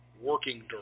working